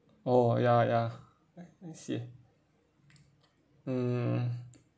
oh ya ya I see mm